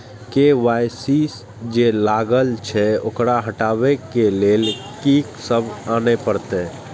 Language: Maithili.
के.वाई.सी जे लागल छै ओकरा हटाबै के लैल की सब आने परतै?